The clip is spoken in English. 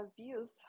views